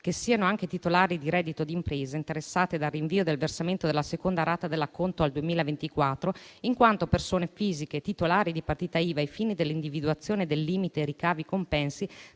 che siano anche titolari di reddito d'impresa, interessate dal rinvio del versamento della seconda rata dell'acconto al 2024, in quanto persone fisiche, titolari di partita IVA ai fini dell'individuazione del limite ricavi-compensi